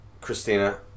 Christina